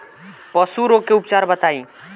पशु रोग के उपचार बताई?